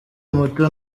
muto